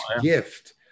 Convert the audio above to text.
gift